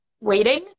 waiting